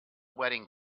wedding